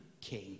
King